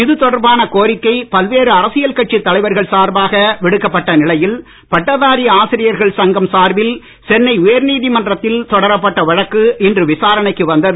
இது தொடர்பான கோரிக்கை பல்வேறு அரசியல் கட்சித் தலைவர்கள் சார்பாக விடுக்கப்பட்ட நிலையில் பட்டதாரி ஆசிரியர்கள் சங்கம் சார்பில் சென்னை உயர்நீதிமன்றத்தில் தொடங்கப்பட்ட வழக்கு இன்று விசாரணைக்கு வந்தது